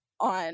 on